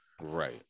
Right